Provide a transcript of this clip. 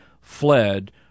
fled